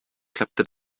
klappte